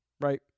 right